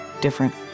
different